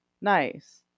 Nice